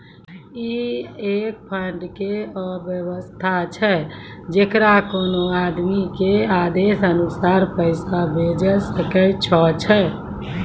ई एक फंड के वयवस्था छै जैकरा कोनो आदमी के आदेशानुसार पैसा भेजै सकै छौ छै?